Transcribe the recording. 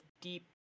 deep